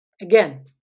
again